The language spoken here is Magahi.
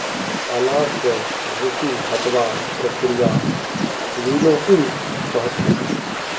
अनाज स भूसी हटव्वार प्रक्रियाक विनोइंग कह छेक